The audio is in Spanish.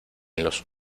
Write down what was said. los